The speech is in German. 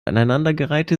aneinandergereihte